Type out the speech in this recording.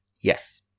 Yes